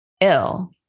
ill